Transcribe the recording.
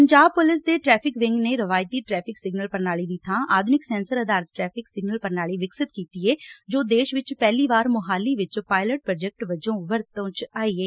Punjab police ਦੇ traffic wing ਨੇ ਰਵਾਇਤੀ ਟਰੈਫਿਕ ਸਿਗਨਲ ਪੁਣਾਲੀ ਦੀ ਬਾਂ ਆਧੁਨਿਕ ਸੈਂਸਰ ਆਧਾਰਤ ਟਰੈਫਿਕ ਸਿਗਨਲ ਪੁਣਾਲੀ ਵਿਕਸਤ ਕੀਤੀ ਏ ਜੋ ਦੇਸ਼ ਵਿੱਚ ਪਹਿਲੀ ਵਾਰ ਮੁਹਾਲੀ ਵਿੱਚ ਪਾਇਲਟ ਪਾਜੈਕਟ ਵਜੋ ਵਰਤੋਂ ਵਿੱਚ ਆਈ ਏ